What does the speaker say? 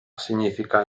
significa